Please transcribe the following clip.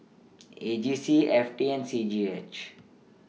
A G C F T and C G H